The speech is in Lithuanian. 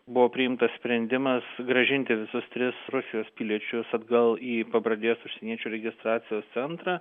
buvo priimtas sprendimas grąžinti visus tris rusijos piliečius atgal į pabradės užsieniečių registracijos centrą